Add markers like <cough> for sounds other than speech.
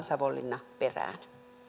<unintelligible> savonlinna perään